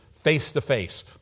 face-to-face